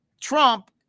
Trump